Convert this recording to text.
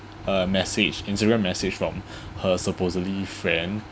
a message instagram message from her supposedly friend